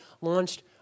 launched